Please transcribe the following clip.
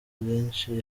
bwinshi